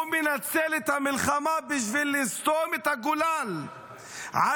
הוא מנצל את המלחמה בשביל לסתום את הגולל על